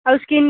ଆଉ ସ୍କିନ୍